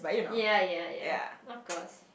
ya ya ya of course